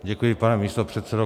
Děkuji, pane místopředsedo.